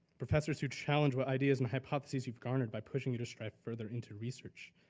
professors who challenged raw ideas and hypothesis you've garnered by pushing you to strive further into research.